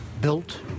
built